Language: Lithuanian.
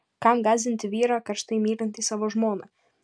kam gąsdinti vyrą karštai mylintį savo žmoną